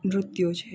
નૃત્યો છે